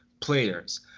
players